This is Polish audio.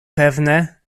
pewne